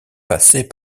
passait